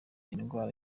indwara